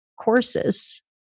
courses